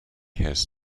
has